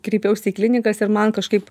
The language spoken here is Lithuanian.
kreipiausi į klinikas ir man kažkaip